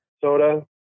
soda